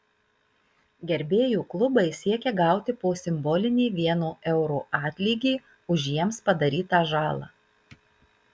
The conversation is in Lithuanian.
gerbėjų klubai siekia gauti po simbolinį vieno euro atlygį už jiems padarytą žalą